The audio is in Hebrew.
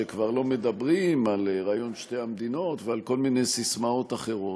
שכבר לא מדברים על רעיון שתי המדינות ועל כל מיני ססמאות אחרות.